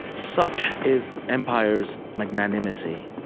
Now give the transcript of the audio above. such is empire's magnanimity.